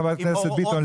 חברת הכנסת ביטון,